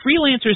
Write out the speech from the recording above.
freelancers